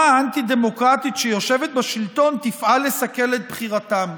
האנטי-דמוקרטית שיושבת בשלטון תפעל לסכל את בחירתם".